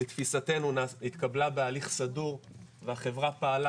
לתפיסתנו התקבלה בהליך סדור והחברה פעלה,